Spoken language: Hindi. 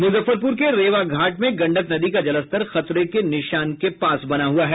मुफ्फरपुर में रेवा घाट में गंडक नदी का जलस्तर खतरे के निशान के पास है